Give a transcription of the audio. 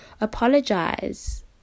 apologize